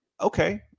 okay